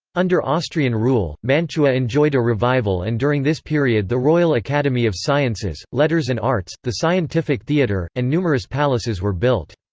under austrian rule, mantua enjoyed a revival and during this period the royal academy of sciences, letters and arts, the scientific theatre, and numerous palaces were built.